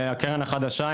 הקרן החדשה,